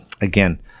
again